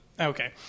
Okay